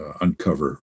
uncover